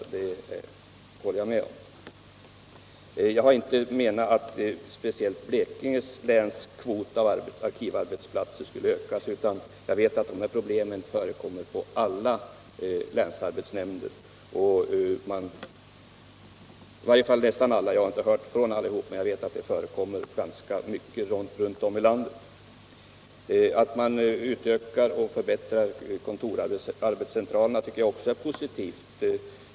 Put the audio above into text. Fredagen den Jag menade inte att just Blekinge läns kvot av arkivarbetsplatser skulle 2 december 1977 utökas — jag vet att de här problemen förekommer vid nästan ala — länsarbetsnämnder runt om i landet. Att man utökar och förbättrar kon — Om åtgärder för att torsarbetscentralerna är också positivt.